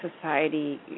society